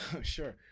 Sure